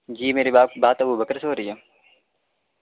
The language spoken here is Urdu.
جی میری بات بات ابوبکر سے ہو رہی ہے